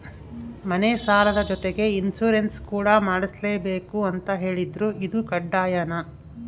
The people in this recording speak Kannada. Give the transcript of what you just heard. ಮನೆ ಸಾಲದ ಜೊತೆಗೆ ಇನ್ಸುರೆನ್ಸ್ ಕೂಡ ಮಾಡ್ಸಲೇಬೇಕು ಅಂತ ಹೇಳಿದ್ರು ಇದು ಕಡ್ಡಾಯನಾ?